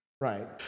Right